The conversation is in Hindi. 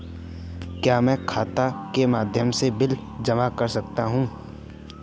क्या मैं खाता के माध्यम से बिल जमा कर सकता हूँ?